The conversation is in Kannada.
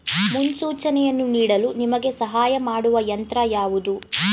ಮುನ್ಸೂಚನೆಯನ್ನು ನೀಡಲು ನಿಮಗೆ ಸಹಾಯ ಮಾಡುವ ಯಂತ್ರ ಯಾವುದು?